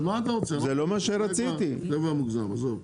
זה כבר מוגזם, עזוב.